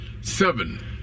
seven